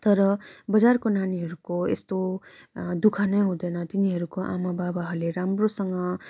तर बजारको नानीहरूको यस्तो दु ख नै हुँदैन तिनीहरूको आमा बाबाहरूले राम्रोसँग